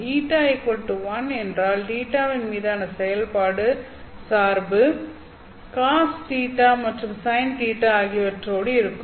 η 1 என்றால் Ø இன் மீதான செயல்பாட்டு சார்பு cosØ மற்றும் sin Ø ஆகியவற்றோடு இருக்கும்